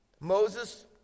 Moses